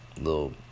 little